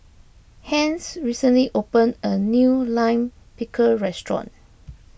Hence recently opened a new Lime Pickle restaurant